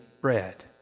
bread